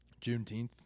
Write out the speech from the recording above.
juneteenth